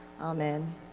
Amen